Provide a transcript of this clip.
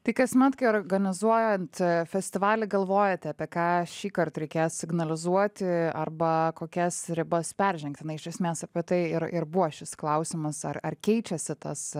tai kas mat kai organizuojant festivalį galvojate apie ką šįkart reikės signalizuoti arba kokias ribas peržengsime iš esmės apie tai ir ir buvo šis klausimas ar ar keičiasi tas